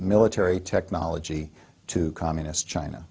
military technology to communist china